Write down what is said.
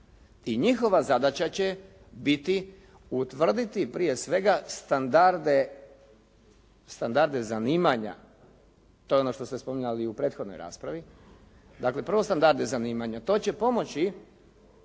i njihova zadaća će biti utvrditi prije svega standarde zanimanja, to je ono što ste spominjali i u prethodnoj raspravi, dakle prvo standarde zanimanja. To će pomoći